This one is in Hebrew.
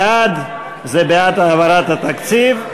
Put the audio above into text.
בעד זה בעד העברת התקציב,